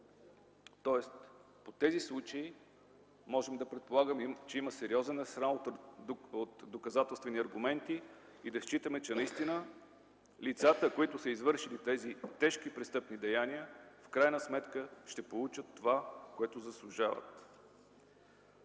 Тоест по тези случаи можем да предполагаме, че има сериозен арсенал от доказателствени аргументи и да считаме, че наистина лицата, които са извършили тези тежки престъпни деяния, в крайна сметка ще получат това, което заслужават.